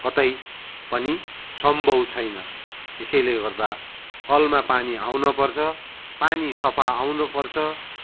कतै पनि सम्भव छैन यसैले गर्दा कलमा पानी आउनपर्छ पानी सफा आउनुपर्छ